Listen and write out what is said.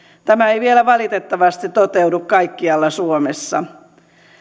tämä ei vielä valitettavasti toteudu kaikkialla suomessa